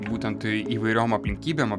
būtent įvairiom aplinkybėm